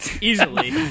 easily